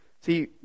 See